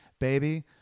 baby